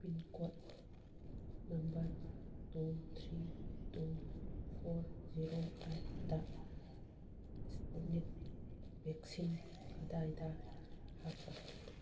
pincode number two three two four zero eight ꯗ Sputnik vaccine ꯀꯗꯥꯏꯗ ꯐꯪꯕꯒꯦ